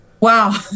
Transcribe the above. Wow